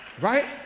Right